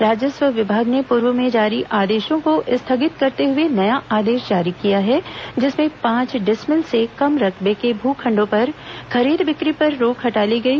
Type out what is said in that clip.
राजस्व विभाग ने पूर्व में जारी आदेशों को स्थगित करते हुए नया आदेश जारी किया है जिसमें पांच डिसमिल से कम रकबे के भू खंडों पर खरीद बिक्री पर रोक हटा ली गई